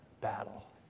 battle